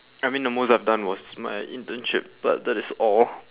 I mean the most I've done was my internship but that is all